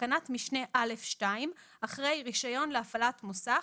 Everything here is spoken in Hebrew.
בתקנת משנה (א)(2) אחרי "רישיון להפעלת מוסך"